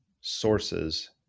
sources